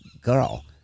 girl